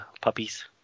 puppies